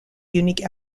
unique